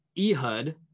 Ehud